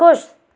खुश